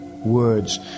Words